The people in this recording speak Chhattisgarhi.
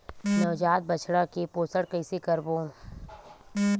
नवजात बछड़ा के पोषण कइसे करबो?